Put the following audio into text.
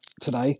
today